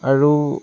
আৰু